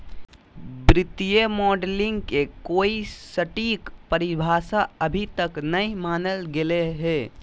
वित्तीय मॉडलिंग के कोई सटीक परिभाषा अभी तक नय मानल गेले हें